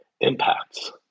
impacts